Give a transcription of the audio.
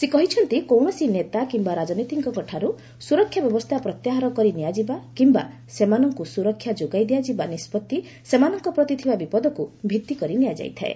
ସେ କହିଛନ୍ତି କୌଣସି ନେତା କିମ୍ବା ରାଜନୀତିଜ୍ଞଙ୍କଠାରୁ ସ୍କରକ୍ଷା ବ୍ୟବସ୍ଥା ପ୍ରତ୍ୟାହାର କରି ନିଆଯିବା କିମ୍ବା ସେମାନଙ୍କୁ ସୁରକ୍ଷା ଯୋଗାଇ ଦିଆଯିବା ନିଷ୍ପଭି ସେମାନଙ୍କ ପ୍ରତି ଥିବା ବିପଦକୁ ଭିତ୍ତିକରି ନିଆଯାଇଥାଏ